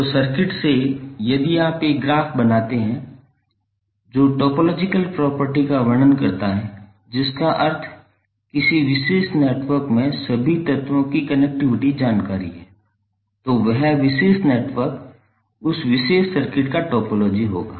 तो सर्किट से यदि आप एक ग्राफ बनाते हैं जो टोपोलॉजिकल प्रॉपर्टी का वर्णन करता है जिसका अर्थ किसी विशेष नेटवर्क में सभी तत्वों की कनेक्टिविटी जानकारी है तो वह विशेष नेटवर्क उस विशेष सर्किट का टोपोलॉजी होगा